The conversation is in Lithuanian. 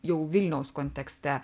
jau vilniaus kontekste